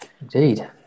indeed